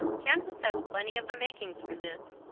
kansas has plenty of the makings for this,